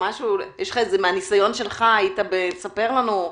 מהניסיון שלך, תספר לנו.